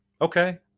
Okay